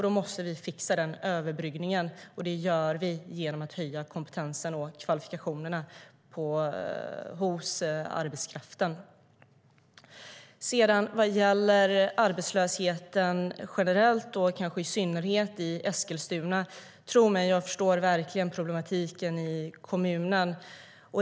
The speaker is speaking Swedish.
Då måste vi fixa den överbryggningen, och det gör vi genom att öka kompetensen och kvalifikationerna hos arbetskraften. Vad sedan gäller arbetslösheten generellt och kanske i Eskilstuna i synnerhet: Tro mig - jag förstår verkligen problematiken i kommunen!